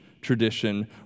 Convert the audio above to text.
tradition